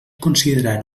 considerar